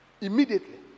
Immediately